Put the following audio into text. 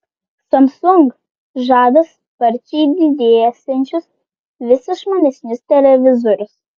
samsung žada sparčiai didėsiančius vis išmanesnius televizorius